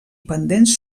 pendents